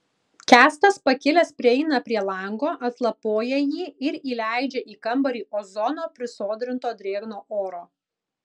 kęstas pakilęs prieina prie lango atlapoja jį ir įleidžia į kambarį ozono prisodrinto drėgno oro